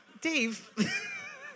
Dave